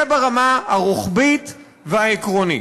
זה ברמה הרוחבית והעקרונית.